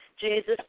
Jesus